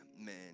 amen